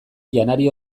janari